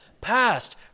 past